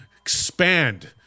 expand